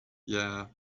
yeah